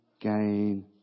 gain